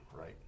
right